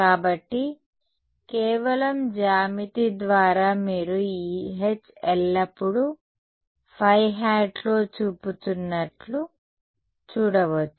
కాబట్టి కేవలం జ్యామితి ద్వారా మీరు ఈ H ఎల్లప్పుడూ ϕ లో చూపుతున్నట్లు చూడవచ్చు